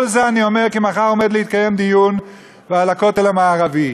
כל זה אני אומר כי מחר עומד להתקיים דיון על הכותל המערבי.